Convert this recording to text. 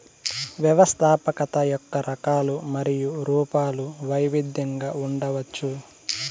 వ్యవస్థాపకత యొక్క రకాలు మరియు రూపాలు వైవిధ్యంగా ఉండవచ్చు